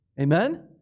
Amen